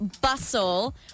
Bustle